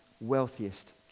wealthiest